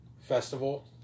festival